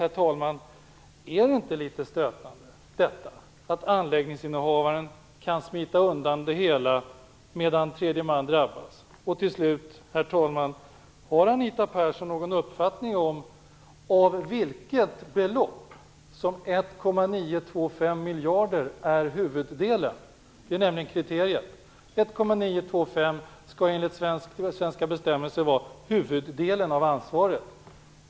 Är det inte litet stötande att anläggningsinnehavaren kan smita undan det hela, medan tredje man drabbas? Herr talman! Har Anita Persson någon uppfattning om av vilket belopp som 1,925 miljarder är huvuddelen? Det är nämligen kriteriet. 1,925 skall enligt svenska bestämmelser vara huvuddelen av ansvaret.